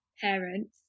parents